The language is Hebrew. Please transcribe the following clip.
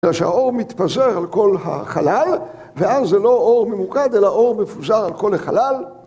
כשהאור מתפזר על כל החלל ואז זה לא אור ממוקד אלא אור מפוזר על כל החלל